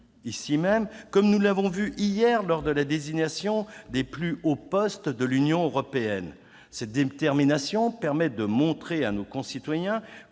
ici même, comme nous l'avons vu hier lors de la désignation aux plus hauts postes de l'Union européenne. Cette détermination permet de montrer à nos concitoyens